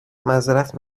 معذرت